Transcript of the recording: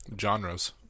genres